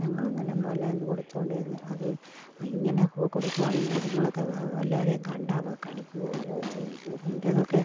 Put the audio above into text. ഞങ്ങൾ അങ്ങനെയൊന്നും അല്ലായിരുന്നു കൊടുത്തുകൊണ്ടിരുന്നത് അത് ഇങ്ങനെ കൊടുക്കുകയാണെങ്കിൽ അതിങ്ങളൊക്കെ വല്ലവരെയും കണ്ടാൽ കടിക്കുകയോ വല്ലതും ചെയ്തു നിൻറ്റേതൊക്കെ